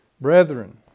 brethren